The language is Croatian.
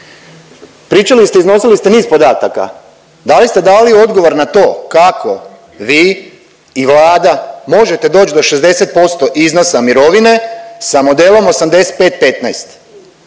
Pričali ste i iznosili ste niz podataka, da li ste dali odgovor na to kako vi i Vlada možete doć do 60% iznosa mirovine sa modelom 85-15?